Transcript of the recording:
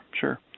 sure